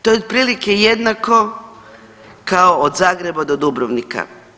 To je otprilike jednako kao od Zagreba do Dubrovnika.